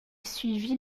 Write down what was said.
suivit